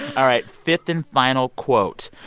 all right, fifth and final quote.